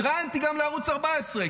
התראיינתי גם לערוץ 14,